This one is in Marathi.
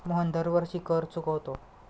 मोहन दरवर्षी कर चुकवतो